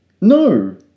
No